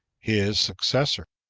his successor.